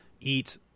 eat